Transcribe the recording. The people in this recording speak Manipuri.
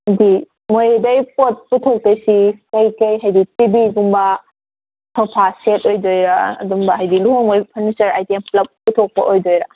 ꯍꯥꯏꯕꯗꯤ ꯃꯣꯔꯦꯗꯒꯤ ꯄꯣꯠ ꯄꯨꯊꯣꯛꯇꯣꯏꯁꯤ ꯀꯩꯀꯩ ꯍꯥꯏꯕꯗꯤ ꯇꯤꯚꯤꯒꯨꯝꯕ ꯁꯣꯐꯥ ꯁꯦꯠ ꯑꯣꯏꯗꯣꯏꯔ ꯑꯗꯨꯝꯕ ꯍꯥꯏꯕꯗꯤ ꯂꯨꯍꯣꯡꯕꯒꯤ ꯐꯔꯅꯤꯆꯔ ꯑꯥꯏꯇꯦꯝ ꯄꯨꯂꯞ ꯄꯨꯊꯣꯛꯄ ꯑꯣꯏꯗꯣꯏꯔ